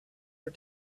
her